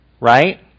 right